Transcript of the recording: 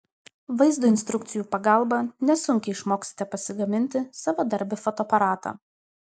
vaizdo instrukcijų pagalba nesunkiai išmoksite pasigaminti savadarbį fotoaparatą